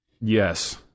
Yes